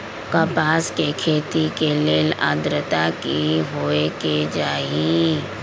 कपास के खेती के लेल अद्रता की होए के चहिऐई?